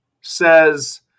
says